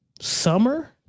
summer